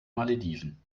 malediven